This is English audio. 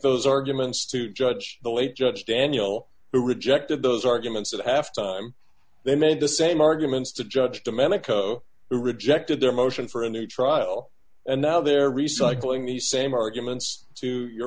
those arguments to judge the late it's daniel who rejected those arguments at half time they made the same arguments to judge dominica who rejected their motion for a new trial and now they're recycling the same arguments to your